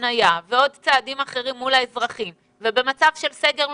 חניה ועוד צעדים אחרים מול האזרחים ובמצב של סגר,